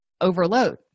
overload